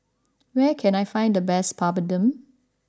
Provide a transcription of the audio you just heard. where can I find the best Papadum